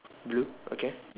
blue okay